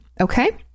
Okay